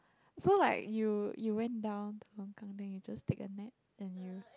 so like you you went down to the longkang and you just take a nap and you